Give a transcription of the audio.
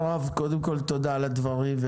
הרב, קודם כל תודה על הדברים.